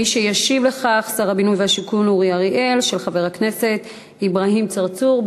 של חבר הכנסת אברהים צרצור.